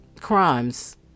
CRIMES